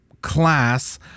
class